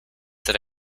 that